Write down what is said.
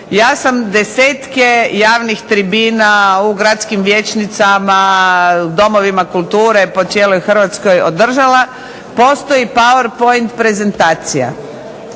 Ja sam desetke javnih tribina u gradskim vijećnicama, domovima kulture po cijeloj Hrvatskoj održala, postoji power point prezentacija,